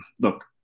look